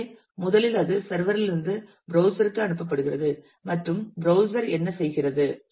எனவே முதலில் அது சர்வர் லிருந்து ப்ரௌஸ்சர் ற்கு அனுப்பப்படுகிறது மற்றும் ப்ரௌஸ்சர் என்ன செய்கிறது